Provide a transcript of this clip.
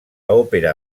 òpera